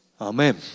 amen